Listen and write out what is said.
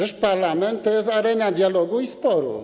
Nasz parlament to jest arena dialogu i sporu.